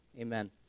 amen